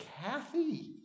Kathy